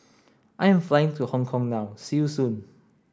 I am flying to Hong Kong now see you soon